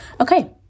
okay